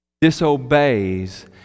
disobeys